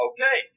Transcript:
Okay